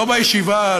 לא בישיבה,